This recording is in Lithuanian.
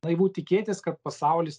naivu tikėtis kad pasaulis